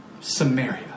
Samaria